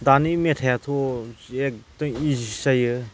दानि मेथाइआथ' एकदम इजिसो जायो